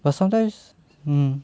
but sometimes hmm